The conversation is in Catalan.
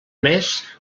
més